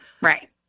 Right